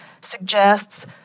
suggests